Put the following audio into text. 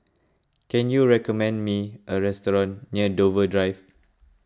can you recommend me a restaurant near Dover Drive